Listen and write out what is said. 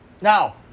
Now